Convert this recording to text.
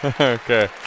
Okay